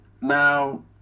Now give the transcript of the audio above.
now